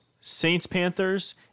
Saints-Panthers